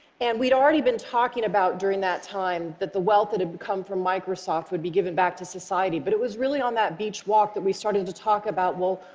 and we'd already been talking about during that time that the wealth that had come from microsoft would be given back to society, but it was really on that beach walk that we started to talk about, well,